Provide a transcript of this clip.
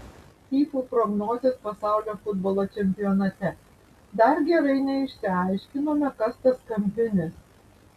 fyfų prognozės pasaulio futbolo čempionate dar gerai neišsiaiškinome kas tas kampinis